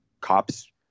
cops